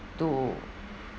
to